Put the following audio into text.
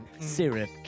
Syrup